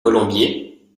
colombier